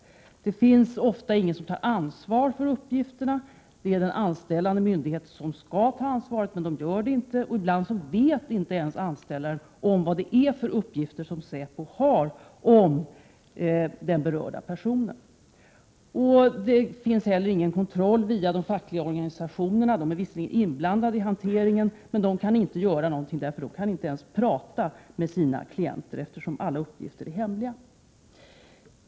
Ofta finns det ingen som tar ansvaret för uppgifterna. Det är den anställande myndigheten som skall ta detta ansvar, men det görs inte, och ibland vet inte ens anställaren vad det är för uppgifter som säpo har om den berörda personen. Det finns heller ingen kontroll via de fackliga organisationerna. De är visserligen inblandade i hanteringen, men de kan inte göra någonting — de kan inte ens prata med sina klienter, eftersom alla uppgifter är hemliga.